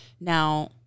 now